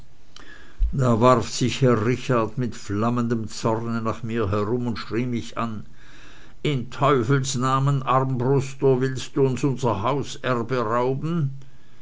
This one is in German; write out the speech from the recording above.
da warf sich herr richard mit flammendem zorne nach mir herum und schrie mich an in teufels namen armbruster willst du uns unser hauserbe rauben